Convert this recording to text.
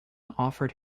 offered